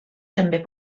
també